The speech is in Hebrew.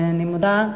אני מודה.